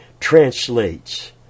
translates